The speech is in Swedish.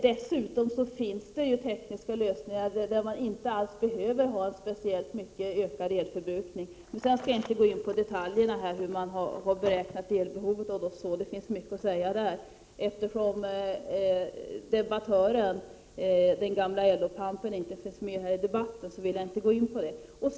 Dessutom finns det tekniska lösningar som är av det slaget att det inte alls behöver bli så, att elförbrukningen ökar särskilt mycket. Jag skall inte gå in på detaljerna. Jag tänker då exempelvis på hur man har beräknat elbehovet. Det finns mycket att säga i det avseendet. Men eftersom en viss debattör, den gamla LO-pampen, inte är med i debatten, vill jag inte gå in på den saken.